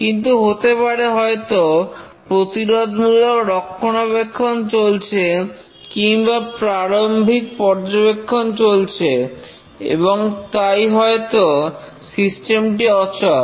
কিন্তু হতে পারে হয়তো প্রতিরোধমূলক রক্ষণাবেক্ষণ চলছে কিংবা প্রারম্ভিক পর্যবেক্ষণ চলছে এবং তাই হয়তো সিস্টেমটি অচল